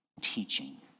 teaching